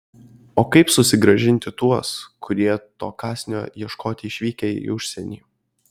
o kaip susigrąžinti tuos kurie to kąsnio ieškoti išvykę į užsienį